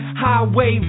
highway